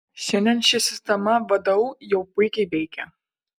šiandien ši sistema vdu jau puikiai veikia